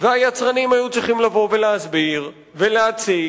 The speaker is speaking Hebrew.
והיצרנים היו צריכים לבוא ולהסביר, ולהציג,